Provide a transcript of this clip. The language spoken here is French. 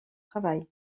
travail